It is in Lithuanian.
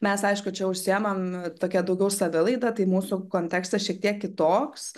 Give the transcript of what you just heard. mes aišku čia užsiimam tokia daugiau savilaida tai mūsų kontekstas šiek tiek kitoks